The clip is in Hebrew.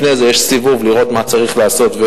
לפני זה יש סיבוב לראות מה צריך לעשות,